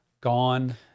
gone